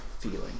Feeling